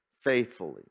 Faithfully